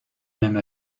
même